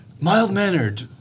Mild-mannered